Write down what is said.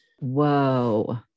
whoa